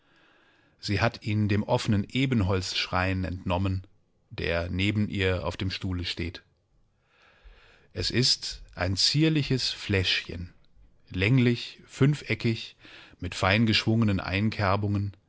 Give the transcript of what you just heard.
sie hat ihn dem offenen ebenholzschrein entnommen der neben ihr auf dem stuhle steht es ist ein zierliches fläschchen länglich fünfeckig mit feingeschwungenen einkerbungen